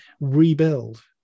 rebuild